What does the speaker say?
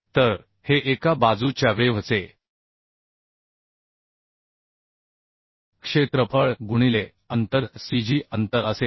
तर हे एका बाजूच्या वेव्ह चे क्षेत्रफळ गुणिले अंतर cg अंतर असेल